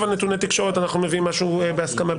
על נתוני תקשורת אנחנו מביאים משהו בהסכמה,